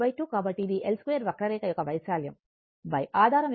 కాబట్టి ఇది I2 వక్రరేఖ యొక్క వైశాల్యం ఆధారం యొక్క పొడవు